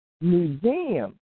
museum